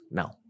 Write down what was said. now